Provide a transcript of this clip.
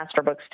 Masterbooks